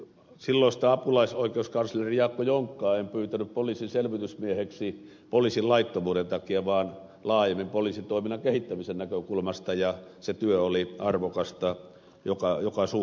silloista apulaisoikeuskansleria jaakko jonkkaa en pyytänyt poliisin selvitysmieheksi poliisin laittomuuden takia vaan laajemmin poliisitoiminnan kehittämisen näkökulmasta ja se työ oli arvokasta joka suhteessa